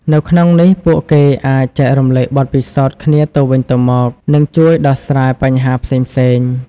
នៅក្នុងនេះ ពួកគេអាចចែករំលែកបទពិសោធន៍គ្នាទៅវិញទៅមក និងជួយដោះស្រាយបញ្ហាផ្សេងៗ ។